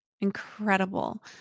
Incredible